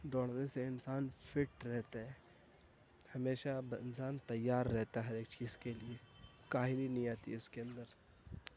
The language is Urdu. دوڑنے سے انسان فٹ رہتا ہے ہمیشہ انسان تیار رہتا ہے ہر ایک چیز کے لیے کاہلی نہیں آتی ہے اس کے اندر